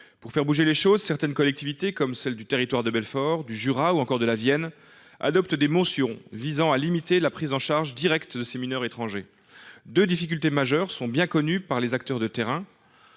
Pour faire bouger les choses, certaines collectivités, comme les départements du Territoire de Belfort, du Jura ou de la Vienne, adoptent des motions visant à limiter la prise en charge directe de ces mineurs étrangers. Deux difficultés majeures sont bien connues par les acteurs de terrain